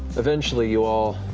eventually, you all,